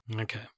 Okay